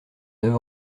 neuf